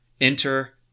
Enter